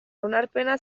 onarpena